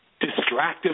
distractive